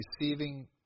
receiving